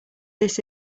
this